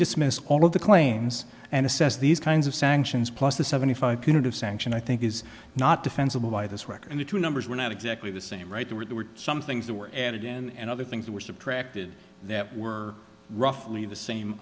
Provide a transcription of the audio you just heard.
dismiss all of the claims and assess these kinds of sanctions plus the seventy five punitive sanction i think is not defensible by this record and the two numbers were not exactly the same right they were there were some things that were added in and other things that were subtracted that were roughly the same